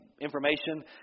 information